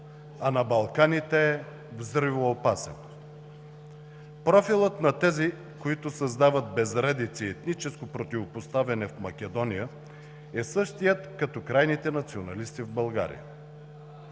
а на Балканите – взривоопасен. Профилът на тези, които създават безредици и етническо противопоставяне в Македония, е същият като крайните националисти в България.